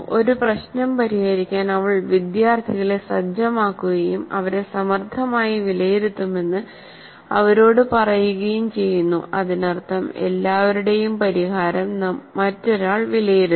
ഒരു പ്രശ്നം പരിഹരിക്കാൻ അവൾ വിദ്യാർത്ഥികളെ സജ്ജമാക്കുകയും അവരെ സമർത്ഥമായി വിലയിരുത്തുമെന്ന് അവരോട് പറയുകയും ചെയ്യൂന്നു അതിനർത്ഥം എല്ലാവരുടെയും പരിഹാരം മറ്റൊരാൾ വിലയിരുത്തും